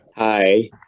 Hi